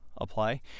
apply